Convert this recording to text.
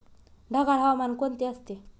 ढगाळ हवामान कोणते असते?